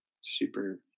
super